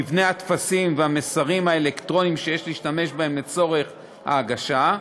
מבנה הטפסים והמסרים האלקטרוניים שיש להשתמש בהם לצורך ההגשה,